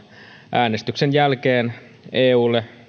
äänestyksen jälkeen eulle